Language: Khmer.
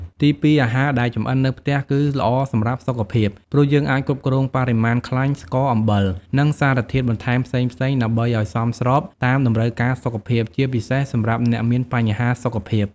ទីពីរ អាហារដែលចម្អិននៅផ្ទះគឺ ល្អសម្រាប់សុខភាព ព្រោះយើងអាចគ្រប់គ្រងបរិមាណខ្លាញ់ ស្ករ អំបិល និងសារធាតុបន្ថែមផ្សេងៗ ដើម្បីឱ្យសមស្របតាមតម្រូវការសុខភាព ជាពិសេសសម្រាប់អ្នកមានបញ្ហាសុខភាព។